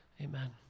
amen